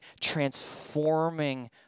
transforming